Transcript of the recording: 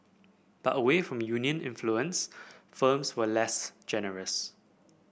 but away from union influence firms were less generous